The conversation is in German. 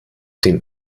dem